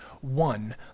One